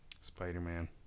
spider-man